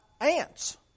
ants